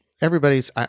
everybody's